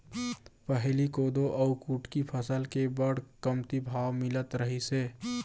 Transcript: पहिली कोदो अउ कुटकी फसल के बड़ कमती भाव मिलत रहिस हे